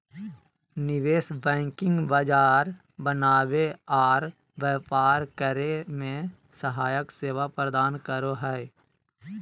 निवेश बैंकिंग बाजार बनावे आर व्यापार करे मे सहायक सेवा प्रदान करो हय